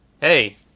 hey